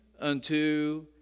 unto